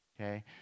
okay